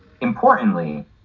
importantly